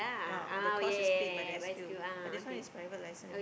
ah the course is paid by the S_Q but this one is private license